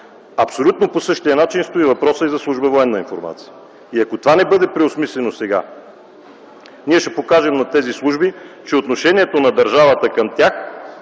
Абсолютно по същия начин стои въпросът за служба „Военна информация”. И ако това не бъде преосмислено сега, ние ще покажем на тези служби, че отношението на държавата към тях